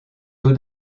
taux